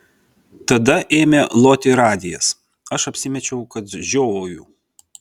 tada ėmė loti radijas aš apsimečiau kad žiovauju